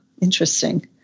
interesting